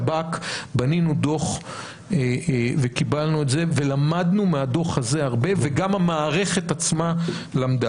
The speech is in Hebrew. בנינו דוח וקיבלנו את זה ולמדנו מהדוח הזה הרבה וגם המערכת עצמה למדה.